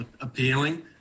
appealing